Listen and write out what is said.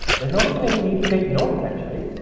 there's not even any need to take notes actually,